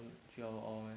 成 three hour all meh